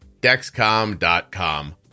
Dexcom.com